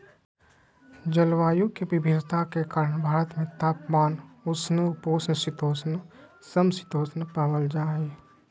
जलवायु के विविधता के कारण भारत में तापमान, उष्ण उपोष्ण शीतोष्ण, सम शीतोष्ण पावल जा हई